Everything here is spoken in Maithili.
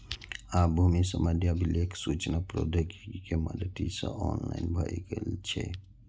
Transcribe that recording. आब भूमि संबंधी अभिलेख सूचना प्रौद्योगिकी के मदति सं ऑनलाइन भए गेल छै